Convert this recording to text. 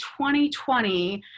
2020